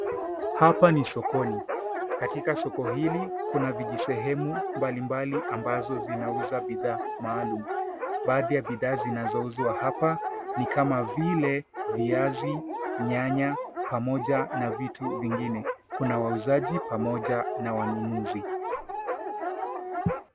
Hapa ni sokoni. Katika soko hili kuna vijisehemu mbalimbali amabazo zinauza bidhaa maalum. Baadhi ya bidhaa zinazouzwa hapa ni kama vile viazi, nyanya, pamoja na vitu vingine. Kuna wauzaji pamoja na wanunuzi.